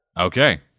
Okay